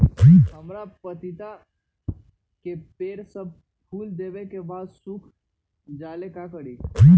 हमरा पतिता के पेड़ सब फुल देबे के बाद सुख जाले का करी?